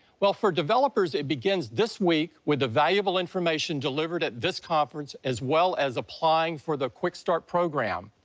well, for developers, it begins this week with the valuable information delivered at this conference as well as applying for the quick start program.